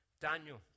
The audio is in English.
Daniel